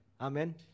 Amen